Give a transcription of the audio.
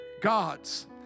gods